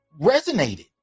resonated